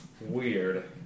weird